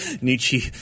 Nietzsche